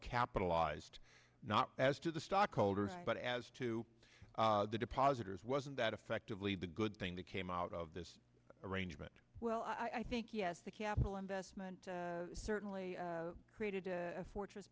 capitalized not as to the stock holders but as to the depositors wasn't that effectively the good thing that came out of this arrangement well i think yes the capital investment certainly created a fortress